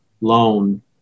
loan